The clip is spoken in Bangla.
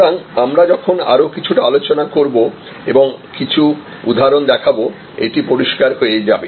সুতরাং আমরা যখন আরও কিছুটা আলোচনা করব এবং কিছু উদাহরণ দেখাব এটি পরিষ্কার হয়ে যাবে